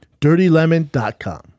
DirtyLemon.com